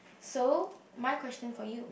so my question for you